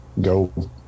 go